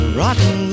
rotten